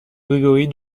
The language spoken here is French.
gregory